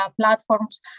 platforms